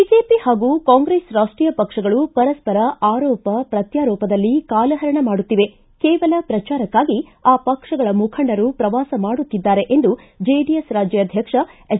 BJP ಹಾಗೂ ಕಾಂಗ್ರೆಸ್ ರಾಷ್ಟೀಯ ಪಕ್ಷಗಳು ಪರಸ್ಪರ ಆರೋಪ ಪ್ರತ್ಕಾರೋಪದಲ್ಲಿ ಕಾಲಹರಣ ಮಾಡುತ್ತಿವೆ ಕೇವಲ ಪ್ರಚಾರಕ್ಷಾಗಿ ಆ ಪಕ್ಷಗಳ ಮುಖಂಡರು ಪ್ರವಾಸ ಮಾಡುತ್ತಿದ್ದಾರೆ ಎಂದು ಜೆಡಿಎಸ್ ರಾಜ್ಯಾಧ್ಯಕ್ಷ ಎಚ್